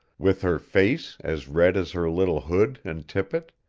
with her face as red as her little hood and tippet,